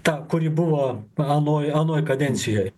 ta kuri buvo anoj anoj kadencijoj